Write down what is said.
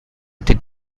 did